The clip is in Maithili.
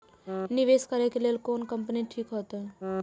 निवेश करे के लेल कोन कंपनी ठीक होते?